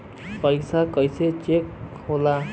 पैसा कइसे चेक होला?